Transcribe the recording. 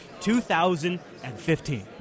2015